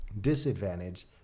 Disadvantage